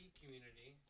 community